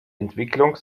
entwicklung